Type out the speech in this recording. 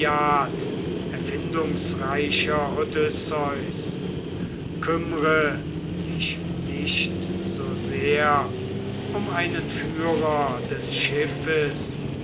erfindungsreicher odysseus kümmre dich nicht so sehr um einen führer des schiffes